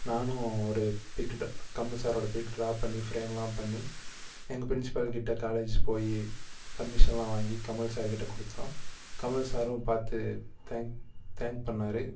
நானும் ஒரு பிக்கு ட கமல் சாரோடு பிக் ட்ரா பண்ணி ஃப்ரேம்லாம் பண்ணி எங்கள் பிரின்ஸ்பால் கிட்ட காலேஜ் போய் பர்மிஷன்லாம் வாங்கி கமல் சார்கிட்ட கொடுத்தோம் கமல் சாரும் பார்த்து தேங்க் தேங்க் பண்ணிணாரு